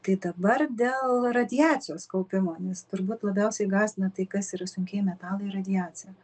tai dabar dėl radiacijos kaupimo nes turbūt labiausiai gąsdina tai kas yra sunkieji metalai ir radiacija